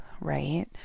right